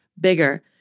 bigger